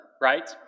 right